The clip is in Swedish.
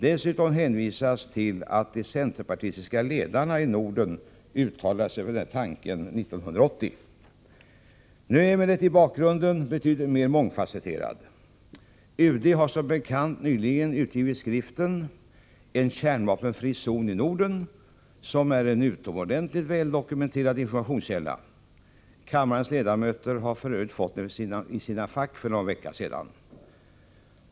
Dessutom hänvisas till att de centerpartistiska ledarna i Norden uttalade sig för denna tanke 1980. Nu är emellertid bakgrunden betydligt mer mångfasetterad. UD har som bekant nyligen utgivit skriften En kärnvapenfri zon i Norden, som är en utomordentligt väldokumenterad informationskälla. Kammarens ledamöter har f.ö. fått den i sina fack för någon vecka sedan.